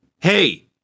hey